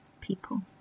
people